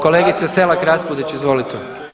Kolegice Selak Raspudić, izvolite.